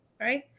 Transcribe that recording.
Right